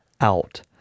out